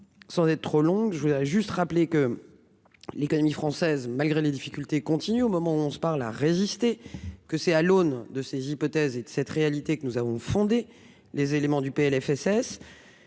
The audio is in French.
sans être trop longue, je voudrais juste rappeler que l'économie française, malgré les difficultés continuent au moment où on se parle, a résisté, que c'est à l'aune de ces hypothèses et de cette réalité que nous avons fondé les éléments du PLFSS